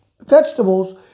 vegetables